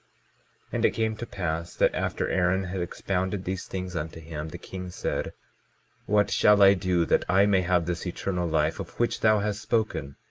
and it came to pass that after aaron had expounded these things unto him, the king said what shall i do that i may have this eternal life of which thou hast spoken?